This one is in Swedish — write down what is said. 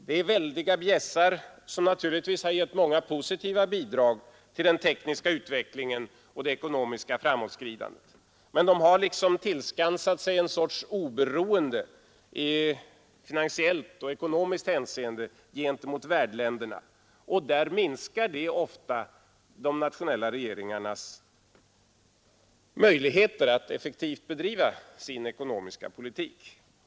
Dessa väldiga bjässar har naturligtvis gett många positiva bidrag till den tekniska utvecklingen och det ekonomiska framåtskridandet, men de har liksom tillskansat sig en sorts oberoende i finansiellt och ekonomiskt hänseende gentemot värdländerna, vilket ofta minskar de nationella regeringarnas möjligheter att effektivt bedriva sin ekonomiska politik.